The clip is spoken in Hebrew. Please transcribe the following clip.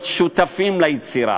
להיות שותפים ליצירה.